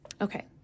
Okay